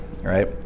right